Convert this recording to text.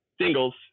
singles